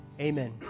Amen